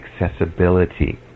accessibility